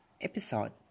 episode